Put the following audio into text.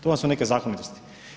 To vam su neke zakonitosti.